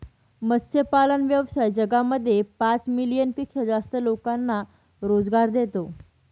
मत्स्यपालन व्यवसाय जगामध्ये पाच मिलियन पेक्षा जास्त लोकांना रोजगार देतो